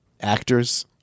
Actors